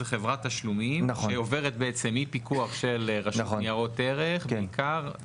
זה חברת תשלומים שעוברת בעצם מפיקוח של רשות ניירות ערך בעיקר,